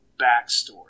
backstory